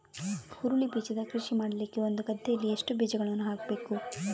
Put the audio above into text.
ಹುರುಳಿ ಬೀಜದ ಕೃಷಿ ಮಾಡಲಿಕ್ಕೆ ಒಂದು ಗದ್ದೆಯಲ್ಲಿ ಎಷ್ಟು ಬೀಜಗಳನ್ನು ಹಾಕಬೇಕು?